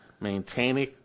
Maintaining